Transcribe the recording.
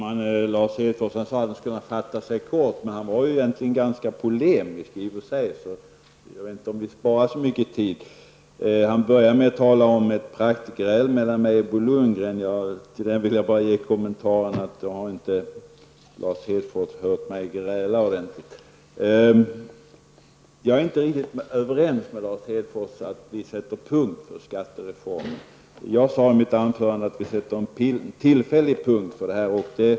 Herr talman! Lars Hedfors sade att han skulle fatta sig kort, men han var egentligen ganska polemisk. Jag vet inte om vi sparar så mycken tid. Han började med att tala om ett praktgräl mellan mig och Bo Lundgren. Då har inte Lars Hedfors hört mig gräla ordentligt. Jag är inte riktigt överens med Lars Hedfors om att vi sätter punkt för skattereformen. Jag sade i mitt anförande att vi tillfälligt sätter punkt för vissa avsnitt.